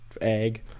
Egg